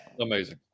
Amazing